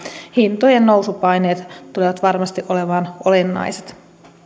hintojen nousupaineet tulevat varmasti olemaan olennaiset